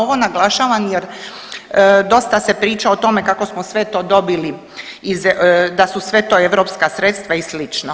Ovo naglašavam jer dosta se priča o tome kako smo sve to dobili iz, da su sve to europska sredstva i slično.